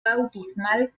bautismal